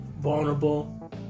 vulnerable